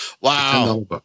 Wow